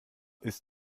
ist